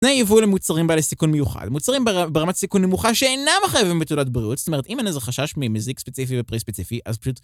תנאי ייבוא למוצרים בעלי סיכון מיוחד, מוצרים ברמת סיכון נמוכה שאינם מחייבים בתעודת בריאות זאת אומרת אם אין איזה חשש ממזיק ספציפי ופרי ספציפי אז פשוט